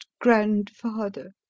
grandfather